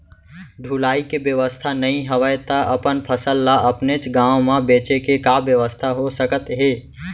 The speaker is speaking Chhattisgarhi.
ढुलाई के बेवस्था नई हवय ता अपन फसल ला अपनेच गांव मा बेचे के का बेवस्था हो सकत हे?